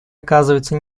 оказываются